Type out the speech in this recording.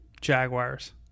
Jaguars